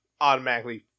automatically